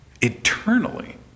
eternally